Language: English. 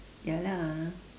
ya lah